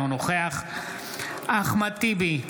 אינו נוכח אחמד טיבי,